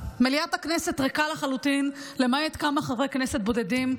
מליאת הכנסת ריקה לחלוטין למעט כמה חברי כנסת בודדים.